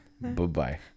Bye-bye